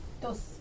Dos